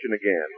again